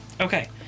Okay